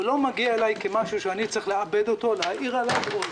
הוא לא מגיע אליי כמשהו שאני צריך לעבד אותו או להעיר עליו,